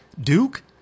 Duke